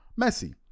Messi